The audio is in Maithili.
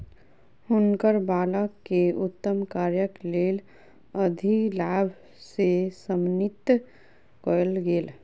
हुनकर बालक के उत्तम कार्यक लेल अधिलाभ से सम्मानित कयल गेल